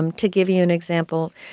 um to give you an example,